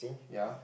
yea